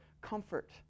comfort